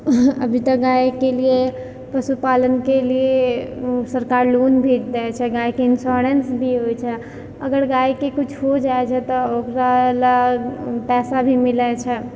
अभी तऽ गाइके लिए पशुपालनके लिए सरकार लोन भी दै छै गाइके इन्श्योरेन्स भी होइ छै अगर गाइके किछु हो जाइ छै तऽ ओकरालए पइसा भी मिलै छै